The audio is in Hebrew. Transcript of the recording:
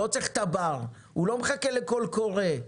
לא צריך תב"ר, הוא לא מחכה לקול קורא.